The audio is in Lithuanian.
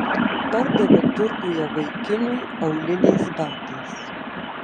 pardavė turguje vaikinui auliniais batais